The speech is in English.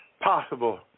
possible